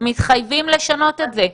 מתחייבים לשנות את זה,